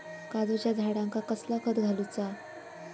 काजूच्या झाडांका कसला खत घालूचा?